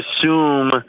assume